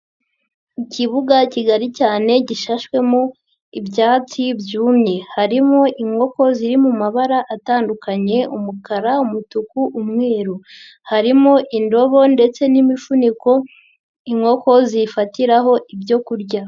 Ikibuga kigari cyane gishashwemo ibyatsi byumye, harimo inkoko ziri mu mabara atandukanye umukara, umutuku, umweru, harimo indobo ndetse n'imifuniko inkoko ziyifatiraho ibyo kurya.